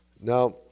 Now